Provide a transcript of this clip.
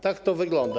Tak to wygląda.